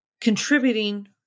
contributing